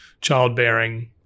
childbearing